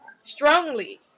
strongly